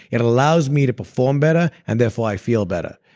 it allows me to perform better and therefore i feel better.